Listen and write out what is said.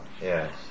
Yes